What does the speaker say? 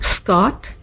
Scott